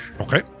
Okay